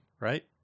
right